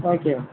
okay ma'am